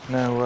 no